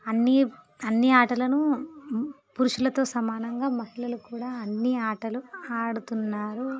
అన్నీ అన్నీ ఆటలను పురుషులతో సమానంగా మహిళలు కూడా అన్నీ ఆటలు ఆడుతున్నారు